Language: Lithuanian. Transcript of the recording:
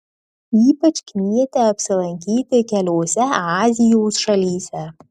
ypač knieti apsilankyti keliose azijos šalyse